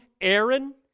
Aaron